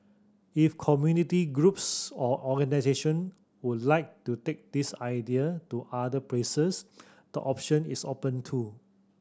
if community groups or organisation would like to take this idea to other places the option is open too